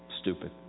Stupid